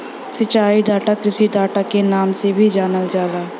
सिंचाई डाटा कृषि डाटा के नाम से भी जानल जाला